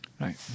Right